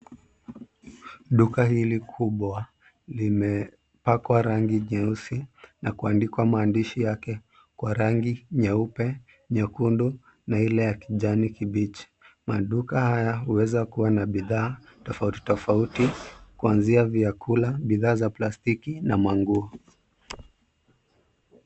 Duka hili kubwa limepakwa rangi jeusi na kuandikwa maandishi yake kwa rangi nyeupe, nyekundu na ile ya kijani kibichi. Maduka haya huweza kuwa na bidhaa tofauti tofauti kuanzia vyakula, bidhaa za plastiki na manguo.